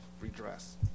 redress